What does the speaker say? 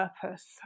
purpose